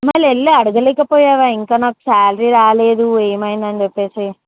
మరేళ్ళి అడగలేకపోయావా ఇంకా నాకు శాలరీ రాలేదు ఏమైందని చెప్పి